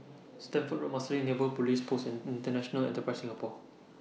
Stamford Road Marsiling Neighbour Police Post and International Enterprise Singapore